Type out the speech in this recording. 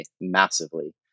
massively